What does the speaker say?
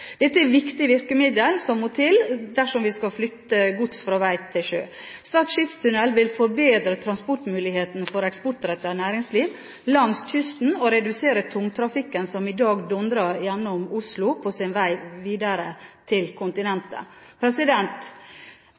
Dette er viktige virkemidler som må til dersom vi skal flytte gods fra vei til sjø. Stad skipstunnel vil forbedre transportmuligheten for eksportrettet næringsliv langs kysten og redusere tungtrafikken som i dag dundrer gjennom Oslo på sin vei videre til kontinentet.